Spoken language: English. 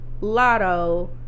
Lotto